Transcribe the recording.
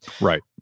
Right